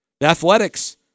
Athletics